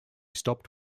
stopped